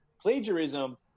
plagiarism